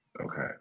Okay